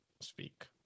speak